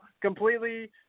completely